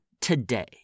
today